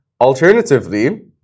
alternatively